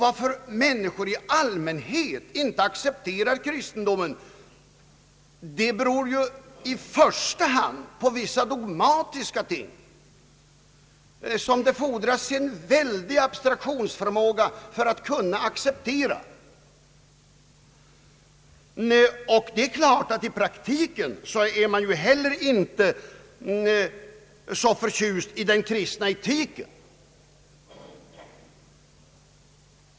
Att människor i allmänhet inte accepterar kristendomen beror ju i första hand på vissa dogmatiska ting, som det fordras en väldig abstraktionsförmåga för att kunna acceptera. Det är klart att man inte heller i praktiken är så förtjust i den kristna etiken.